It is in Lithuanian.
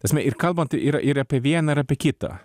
ta sme ir kalbant ir ir apie vieną ir apie kitą